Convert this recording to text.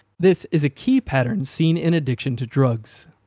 this is a key pattern seen in addiction to drugs.